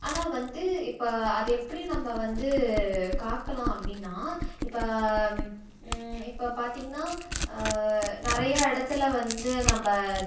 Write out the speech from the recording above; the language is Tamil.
ஆனால் வந்து இப்போ அது எப்படி நம்ம வந்து காக்கலாம் அப்படின்னா இப்போ இப்போ பார்த்திங்கனா நிறையா இடத்துல வந்து நம்ம